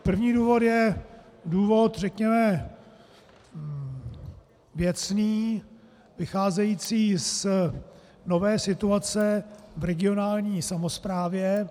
První důvod je důvod řekněme věcný, vycházející z nové situace v regionální samosprávě.